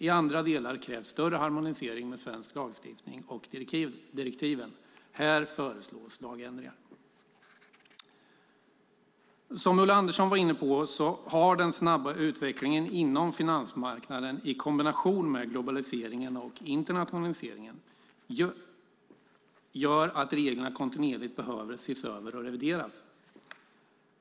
I andra delar krävs större harmonisering med svensk lagstiftning och direktiven; här föreslås lagändringar. Som Ulla Andersson var inne på har den snabba utvecklingen inom finansmarknaden i kombination med globaliseringen och internationaliseringen gjort att reglerna kontinuerligt behöver ses över och revideras.